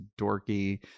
dorky